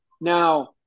Now